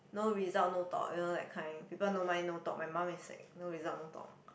no result no talk you know that kind people no money no talk my mum is like no result no talk